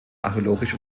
archäologisch